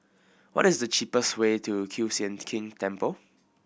what is the cheapest way to Kiew Sian King Temple